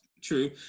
true